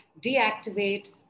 deactivate